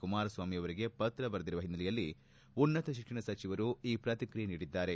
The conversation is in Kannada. ಕುಮಾರಸ್ವಾಮಿ ಅವರಿಗೆ ಪತ್ರ ಬರೆದಿರುವ ಹಿನ್ನೆಲೆಯಲ್ಲಿ ಉನ್ನತ ಶಿಕ್ಷಣ ಸಚಿವರು ಈ ಪ್ರತಿಕ್ರಿಯೆ ನೀಡಿದ್ದಾರೆ